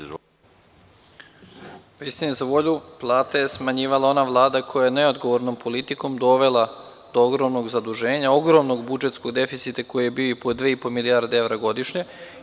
Istini za volju, plate je smanjivala ona Vlada koja je neodgovornom politikom dovela do ogromnog zaduženja, ogromnog budžetskog deficita koji je bio i po dve i po milijarde evra godišnje.